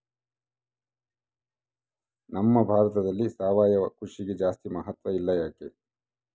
ನಮ್ಮ ಭಾರತದಲ್ಲಿ ಸಾವಯವ ಕೃಷಿಗೆ ಜಾಸ್ತಿ ಮಹತ್ವ ಇಲ್ಲ ಯಾಕೆ?